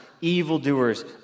evildoers